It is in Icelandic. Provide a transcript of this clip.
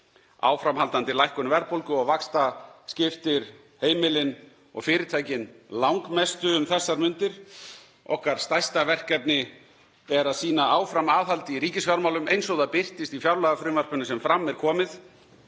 Áframhaldandi lækkun verðbólgu og vaxta skiptir heimilin og fyrirtækin langmestu um þessar mundir. Okkar stærsta verkefni er að sýna áfram aðhald í ríkisfjármálum eins og það birtist í fjárlagafrumvarpinu sem fram er komið.